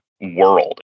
world